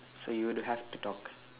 so you would have to talk